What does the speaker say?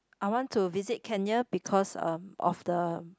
I want to visit Kenya because uh of the